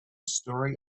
story